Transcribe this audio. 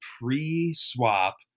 pre-swap